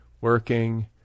working